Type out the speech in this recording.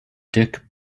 dick